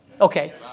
Okay